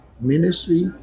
ministry